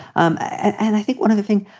um and i think one other thing.